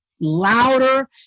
louder